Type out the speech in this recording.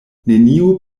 neniu